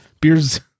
beers